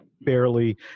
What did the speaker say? barely